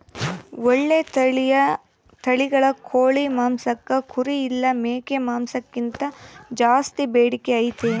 ಓಳ್ಳೆ ತಳಿಗಳ ಕೋಳಿ ಮಾಂಸಕ್ಕ ಕುರಿ ಇಲ್ಲ ಮೇಕೆ ಮಾಂಸಕ್ಕಿಂತ ಜಾಸ್ಸಿ ಬೇಡಿಕೆ ಐತೆ